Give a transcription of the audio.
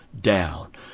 down